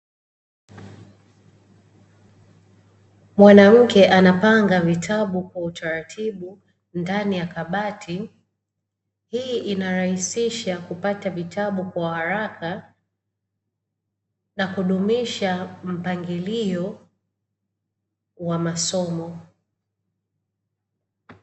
Mwanamke anapanga vitabu kwa utaratibu ndani ya kabati, hii inarahisisha kupata vitabu kwa haraka na kudumisha mpangilio wa masomo.